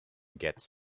gets